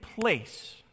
place